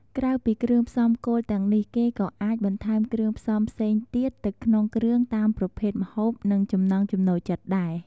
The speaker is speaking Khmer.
ក្រៅពីគ្រឿងផ្សំគោលទាំងនេះ គេក៏អាចបន្ថែមគ្រឿងផ្សំផ្សេងទៀតទៅក្នុងគ្រឿងតាមប្រភេទម្ហូប និងចំណង់ចំណូលចិត្តដែរ។